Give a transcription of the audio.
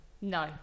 No